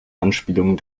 anspielungen